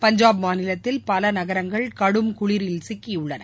பஞ்சாப் மாநிலத்தில் பல நகரங்கள் கடும் குளிரில் சிக்கியுள்ளன